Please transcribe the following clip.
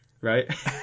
Right